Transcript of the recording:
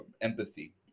empathy